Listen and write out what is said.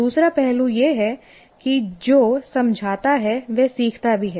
दूसरा पहलू यह है कि जो समझाता है वह सीखता भी है